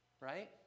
right